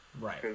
Right